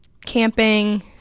camping